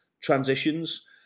transitions